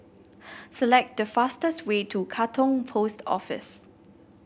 select the fastest way to Katong Post Office